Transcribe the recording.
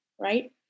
right